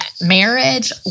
Marriage